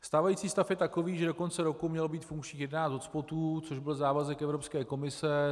Stávající stav je takový, že do konce roku mělo být funkčních jedenáct hotspotů, což byl závazek Evropské komise.